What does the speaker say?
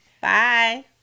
Bye